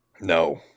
No